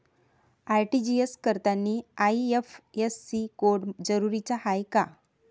RTGS करतांनी IFSC code जरुरीचा हाय का?